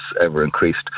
ever-increased